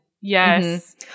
yes